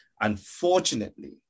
unfortunately